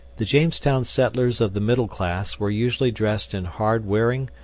the jamestown settlers of the middle class were usually dressed in hard wearing,